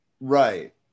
Right